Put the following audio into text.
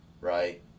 Right